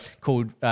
Called